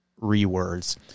re-words